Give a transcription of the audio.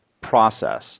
process